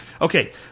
Okay